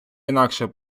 інакше